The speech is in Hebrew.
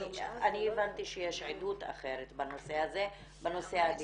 אני הבנתי שיש עדות אחרת בנושא הזה בנושא הדנ"א.